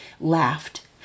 laughed